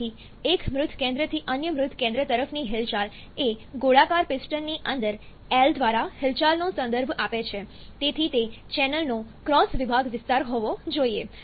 તેથી એક મૃત કેન્દ્રથી અન્ય મૃત કેન્દ્ર તરફની હિલચાલ એ ગોળાકાર પિસ્ટનની અંતર L દ્વારા હિલચાલનો સંદર્ભ આપે છે તેથી તે ચેનલનો ક્રોસ વિભાગ વિસ્તાર હોવો જોઈએ